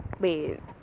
Wait